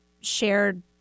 shared